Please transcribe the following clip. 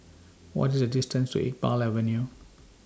What IS The distance to Iqbal Avenue